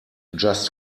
just